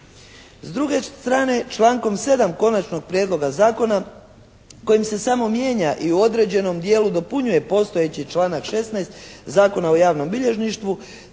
S druge strane člankom 7. Konačnog prijedloga zakona kojim se samo mijenja i u određenom dijelu dopunjuje postojeći članak 16. Zakona o javnom bilježništvu